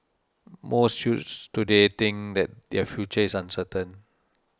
most youths today think that their future is uncertain